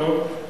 טוב.